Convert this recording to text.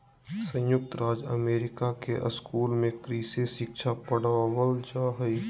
संयुक्त राज्य अमेरिका के स्कूल में कृषि शिक्षा पढ़ावल जा हइ